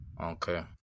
Okay